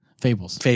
Fables